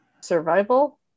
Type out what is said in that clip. Survival